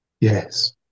Yes